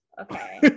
Okay